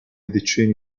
decenni